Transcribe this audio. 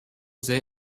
sehr